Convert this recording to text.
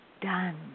done